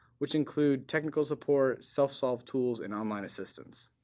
which includes technical support, self-solve tools, and online assistance.